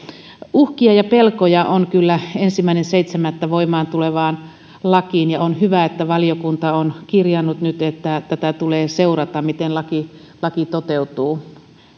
uhkia ja pelkoja on kyllä ensimmäinen seitsemättä voimaan tulevaan lakiin liittyen ja on hyvä että valiokunta on nyt kirjannut että tätä tulee seurata miten laki laki toteutuu